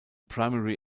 primary